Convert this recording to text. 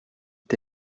dit